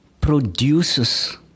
produces